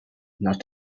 not